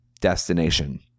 destination